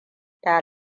ta